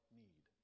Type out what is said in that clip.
need